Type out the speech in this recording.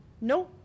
no